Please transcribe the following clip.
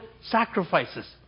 sacrifices